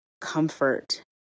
comfort